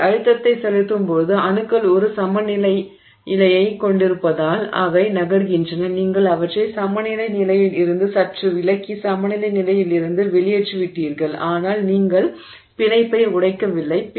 நீங்கள் அழுத்தத்தை செலுத்தும்போது அணுக்கள் ஒரு சமநிலை நிலையை கொண்டிருப்பதால் அவை நகர்கின்றன நீங்கள் அவற்றை சமநிலை நிலையில் இருந்து சற்று விலக்கி சமநிலை நிலையில் இருந்து வெளியேற்றிவிட்டீர்கள் ஆனால் நீங்கள் பிணைப்பை உடைக்கவில்லை